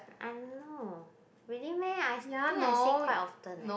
I know really meh I think I say quite often eh